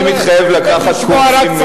אני מתחייב לקחת קורסים,